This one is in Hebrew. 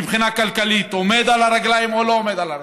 מבחינה כלכלית עומד על הרגליים או לא עומד על הרגליים?